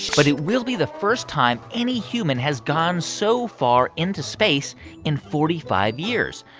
but it will be the first time any human has gone so far into space in forty five years.